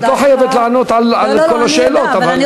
את לא חייבת לענות על כל השאלות, אבל, לא, לא, לא.